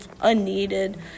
unneeded